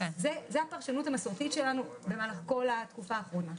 זאת הפרשנות המסורתית שלנו במהלך כל התקופה האחרונה.